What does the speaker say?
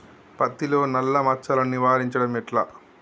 పత్తిలో నల్లా మచ్చలను నివారించడం ఎట్లా?